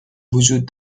وجود